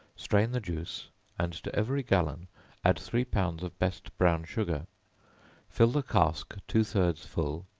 strain the juice and to every gallon add three pounds of best brown sugar fill the cask two-thirds full,